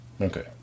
Okay